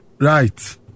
Right